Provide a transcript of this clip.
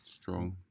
Strong